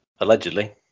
Allegedly